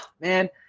man